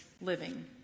living